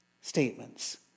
statements